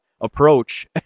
approach